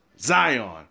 Zion